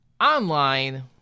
online